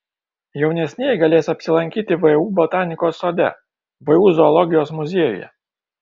jaunesnieji galės apsilankyti vu botanikos sode vu zoologijos muziejuje